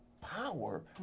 power